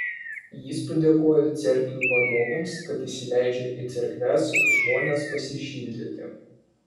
jis padėkojo cerkvių vadovams kad įsileidžia į cerkves žmones pasišildyti